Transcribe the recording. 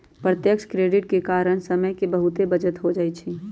प्रत्यक्ष क्रेडिट के कारण समय के बहुते बचत हो जाइ छइ